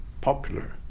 popular